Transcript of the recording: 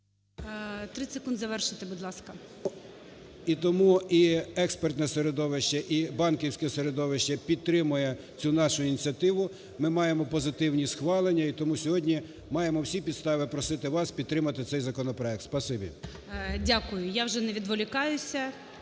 30 секунд завершити, будь ласка. ДОВБЕНКО М.В. І тому і експертне середовище, і банківське середовище підтримує цю нашу ініціативу. Ми маємо позитивні схвалення і тому сьогодні маємо всі підстави просити вас підтримати цей законопроект. Спасибі. ГОЛОВУЮЧИЙ. Дякую. Я вже не відволікаюся,